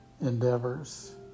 endeavors